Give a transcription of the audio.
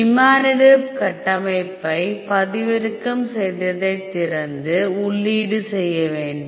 imatinib கட்டமைப்பை பதிவிறக்கம் செய்ததைத் திறந்து உள்ளீடு செய்ய வேண்டும்